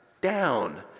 down